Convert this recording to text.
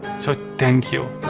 so thank you.